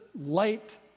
light